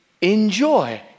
enjoy